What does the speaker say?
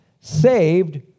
Saved